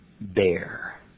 bear